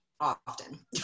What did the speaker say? often